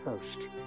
first